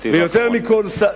בתקציב האחרון.